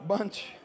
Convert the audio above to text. Bunch